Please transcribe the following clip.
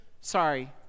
sorry